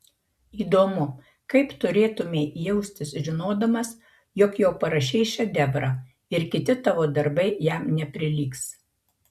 įdomu kaip turėtumei jaustis žinodamas jog jau parašei šedevrą ir kiti tavo darbai jam neprilygs